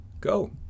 go